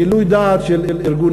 גילוי דעת של ארגון